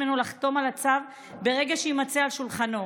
ממנו לחתום על הצו ברגע שיימצא על שולחנו.